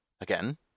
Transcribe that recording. Again